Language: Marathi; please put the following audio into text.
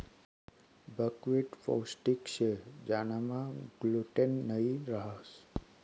बकव्हीट पोष्टिक शे ज्यानामा ग्लूटेन नयी रहास